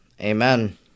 Amen